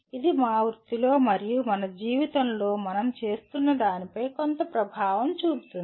ఇది మా వృత్తిలో మరియు మన జీవితంలో మనం చేస్తున్న దానిపై కొంత ప్రభావం చూపుతుంది